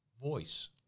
voice